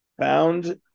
found